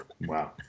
Wow